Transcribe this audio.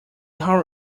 how